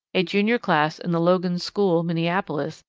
a junior class in the logan school, minneapolis,